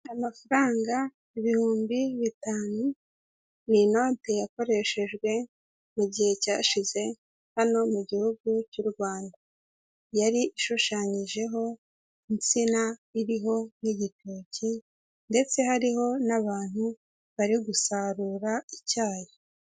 Amafaranga ibihumbi bitanu, ni inote yakoreshejwe mu gihe cyashize hano mu gihugu cy'u Rwanda, yari ishushanyijeho insina iriho n'igitoki ndetse hariho n'abantu bari gusarura icyayi.